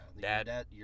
dad